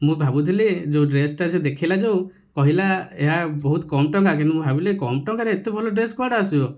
ମୁଁ ଭାବୁଥିଲି ଯେଉଁ ଡ୍ରେସଟା ସେ ଦେଖାଇଲା ଯେଉଁ କହିଲା ଏହା ବହୁତ କମ୍ ଟଙ୍କା କିନ୍ତୁ ମୁଁ ଭାବିଲି କମ୍ ଟଙ୍କାରେ ଏତେ ଭଲ ଡ୍ରେସ କୁଆଡ଼ୁ ଆସିବ